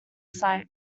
site